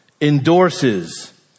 endorses